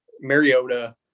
Mariota